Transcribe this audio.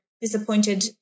disappointed